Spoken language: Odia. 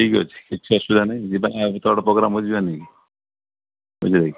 ଠିକ୍ ଅଛି କିଛି ଅସୁବିଧା ନାହିଁ ଯିବା ଆଉ ଏତେ ପ୍ରୋଗ୍ରାମ୍ ଯିବାନିକି ବୁଝିଲେ କି